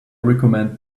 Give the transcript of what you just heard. recommend